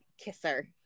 kisser